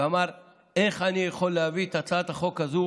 ואמר: איך אני יכול להביא את הצעת החוק הזו